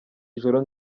ijoro